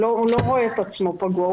הוא לא רואה את עצמו פגוע,